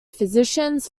physicians